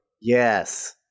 Yes